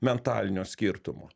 mentalinio skirtumo